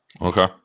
Okay